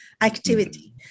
activity